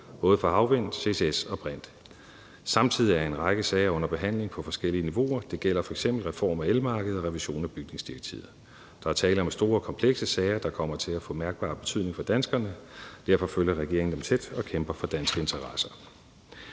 både for havvind, ccs og brint. Samtidig er en række sager under behandling på forskellige niveauer. Det gælder f.eks. reform af elmarkedet og revision af bygningsdirektivet. Der er tale om store, komplekse sager, der kommer til at få mærkbar betydning for danskerne, og derfor følger regeringen dem tæt og kæmper for danske interesser.